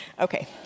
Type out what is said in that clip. Okay